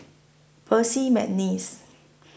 Percy Mcneice